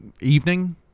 evening